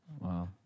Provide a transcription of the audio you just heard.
Wow